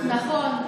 נכון.